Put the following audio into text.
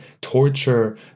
torture